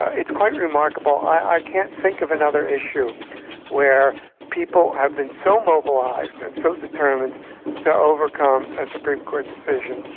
ah it's quite remarkable, i can't think of another issue where people have been so mobilised and so determined to overcome a supreme court decision.